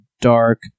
dark